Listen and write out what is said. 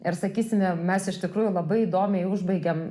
ir sakysime mes iš tikrųjų labai įdomiai užbaigėm